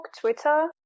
Twitter